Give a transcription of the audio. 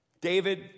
David